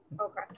Okay